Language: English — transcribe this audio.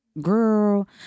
girl